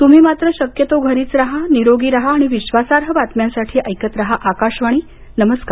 त्म्ही मात्र शक्यतो घरीच राहा निरोगी राहा आणि विश्वासार्ह बातम्यांसाठी ऐकत राहा आकाशवाणी नमस्कार